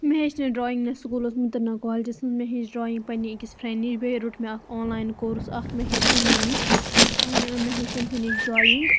مےٚ ہیٚچھ نہٕ ڈرایِنگ نَہ سکوٗلَس منٛز تہٕ نَہ کالجٮ۪س منٛز مےٚ ہیٚچھ ڈرایِنگ پنٕنہِ أکِس فرینڈ نِش بیٚیہِ روٚٹ مےٚ اکھ آنلاین کورس اکھ مےٚ ہیوٚچھ تٔمنٕے نِش مےٚ ہیوٚچھ تٔمۍ سٕے نِش ڈرایِنگ